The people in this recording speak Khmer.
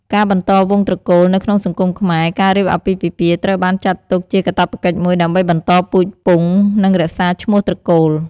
ការបន្តវង្សត្រកូល នៅក្នុងសង្គមខ្មែរ ការរៀបអាពាហ៍ពិពាហ៍ត្រូវបានចាត់ទុកជាកាតព្វកិច្ចមួយ ដើម្បីបន្តពូជពង្ស និងរក្សាឈ្មោះត្រកូល។